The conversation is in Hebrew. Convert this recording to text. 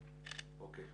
אוקיי,